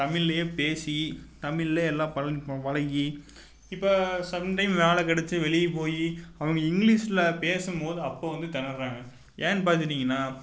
தமிழ்லையே பேசி தமிழ்லேயே எல்லாம் பழ பழகி இப்போ சம்டைம் வேலை கிடச்சு வெளியே போய் அவங்க இங்கிலீஷில் பேசும்போது அப்போ வந்து திணர்றாங்க ஏன்னு பார்த்துட்டிங்கனா